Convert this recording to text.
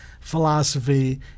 philosophy